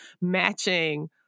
matching